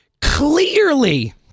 clearly